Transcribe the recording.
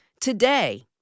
today